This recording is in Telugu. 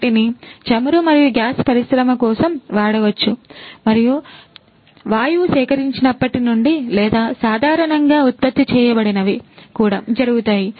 వాటిని చమురు మరియు గ్యాస్ పరిశ్రమ కోసం వాడవచ్చు మరియు చమురు మరియు వాయువు సేకరించినప్పటి నుండి లేదా సాధారణంగా ఉత్పత్తి చేయబడినవి కూడా జరుగుతాయి